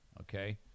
Okay